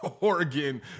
Oregon